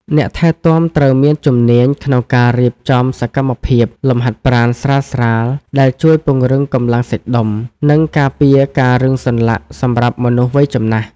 អ្នកថែទាំត្រូវមានជំនាញក្នុងការរៀបចំសកម្មភាពលំហាត់ប្រាណស្រាលៗ ដែលជួយពង្រឹងកម្លាំងសាច់ដុំ និងការពារការរឹងសន្លាក់សម្រាប់មនុស្សវ័យចំណាស់។